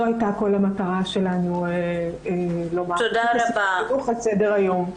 זה מה שרצינו לומר, לשים את החינוך על סדר היום.